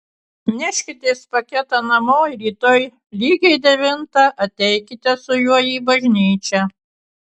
neškitės paketą namo ir rytoj lygiai devintą ateikite su juo į bažnyčią